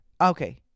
Okay